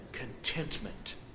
Contentment